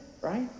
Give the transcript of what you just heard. right